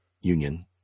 union